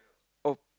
oh